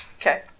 Okay